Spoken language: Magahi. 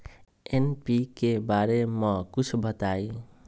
एन.पी.के बारे म कुछ बताई?